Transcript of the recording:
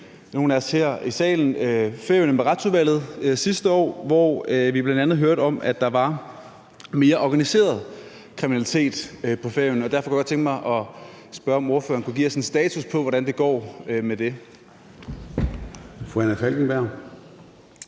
Færøerne med Retsudvalget sidste år, hvor vi bl.a. hørte om, at der var mere organiseret kriminalitet på Færøerne. Derfor kunne jeg godt tænke mig at spørge, om ordføreren kunne give os en status på, hvordan det går med det. Kl. 00:21 Formanden